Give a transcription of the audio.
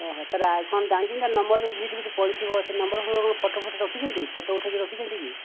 ଓହୋ ତାହେଲେ ଆଉ କଣ ଜାଣିଛନ୍ତି ନାଁ ନମ୍ବର ଯେଉଁ ସେଇଠି କେଉଁଠି ପଡ଼ିଥିବ ସେ ନମ୍ବର ଫମ୍ବର ଫଟ ଫୋଟୋ ରଖିଛନ୍ତି କି ଫୋଟୋ ଉଠାଇକି ରଖିଛନ୍ତି କି